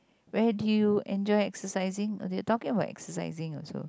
where do you enjoy exercising they are talking about exercising also